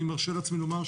אני מרשה לעצמי לומר,